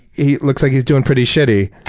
he looks like he's doing pretty shitty.